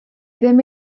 ddim